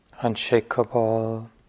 unshakable